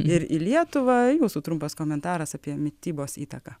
ir į lietuvą jūsų trumpas komentaras apie mitybos įtaką